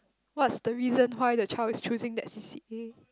what's the reason why the child is choosing that C_C_A